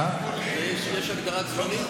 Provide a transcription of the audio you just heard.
יש הגדרת זמנים?